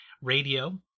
radio